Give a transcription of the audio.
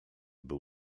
był